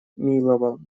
миловал